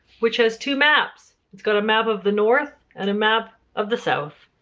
which has two maps. it's got a map of the north and a map of the south.